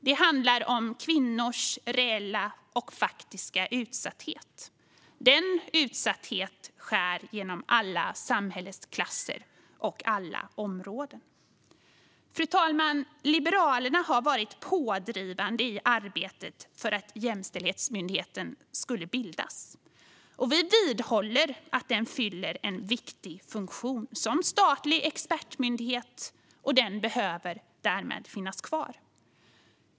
Det handlar om kvinnors reella och faktiska utsatthet. Den utsattheten skär genom alla samhällsklasser och alla områden. Fru talman! Liberalerna har varit pådrivande i arbetet för att Jämställdhetsmyndigheten skulle bildas. Vi vidhåller att den fyller en viktig funktion som statlig expertmyndighet och därmed behöver finnas kvar.